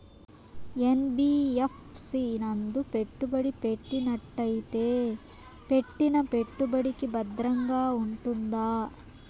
NBFC నందు పెట్టుబడి పెట్టినట్టయితే పెట్టిన పెట్టుబడికి భద్రంగా ఉంటుందా?